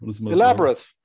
Elaborate